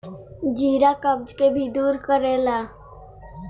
जीरा कब्ज के भी दूर करेला